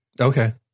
Okay